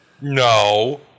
no